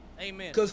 amen